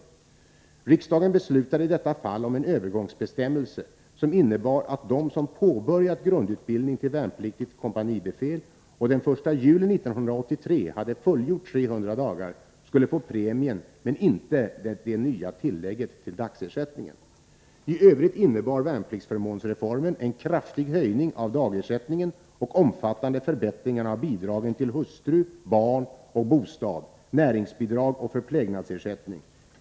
Riksdagen beslutade i detta fall om en övergångsbestämmelse, som innebär att de som påbörjat grundutbildning till värnpliktigt kompanibefäl och den 1 juli 1983 hade fullgjort 300 dagar skulle få premien men inte det nya tillägget till dagersättningen. I övrigt innebar värnpliktsförmånsreformen en kraftig höjning av dagersättningen och omfattande förbättringar av bidragen till hustru, barn och bostad, näringsbidrag och förplägnadsersättning.